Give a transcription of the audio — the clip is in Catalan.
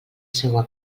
seua